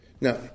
Now